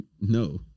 no